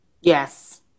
yes